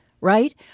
right